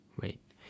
Wait